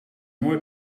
mooi